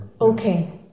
Okay